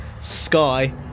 Sky